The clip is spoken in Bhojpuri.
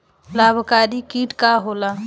लाभकारी कीट का होला?